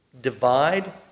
divide